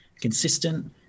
consistent